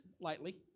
Lightly